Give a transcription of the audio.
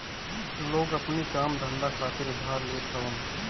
लोग अपनी काम धंधा खातिर उधार लेत हवन